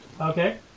Okay